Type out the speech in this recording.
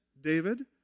David